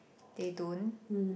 they don't